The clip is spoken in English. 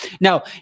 now